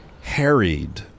harried